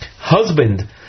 husband